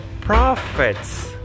prophets